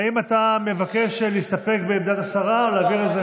האם אתה מבקש להסתפק בעמדת השרה או להעביר את זה,